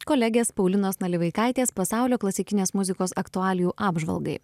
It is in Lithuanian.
kolegės paulinos nalivaikaitės pasaulio klasikinės muzikos aktualijų apžvalgai